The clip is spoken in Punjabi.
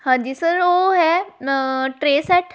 ਹਾਂਜੀ ਸਰ ਉਹ ਹੈ ਟਰੇਅ ਸੈੱਟ